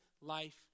life